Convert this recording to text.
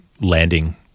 landing